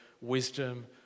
wisdom